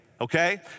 Okay